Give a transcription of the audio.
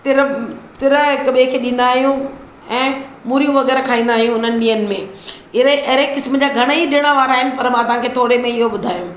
तिर तिर हिक ॿिए खे ॾींदा आहियूं ऐं मूरियूं वग़ैरह खाईंदा आहियूं उन्हनि ॾींहनि में अहिड़े अहिड़े क़िस्म जा घणाई ॾिण वार आहिनि पर मां तव्हांखे थोरे मे इहो ॿुधायमि